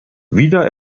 wider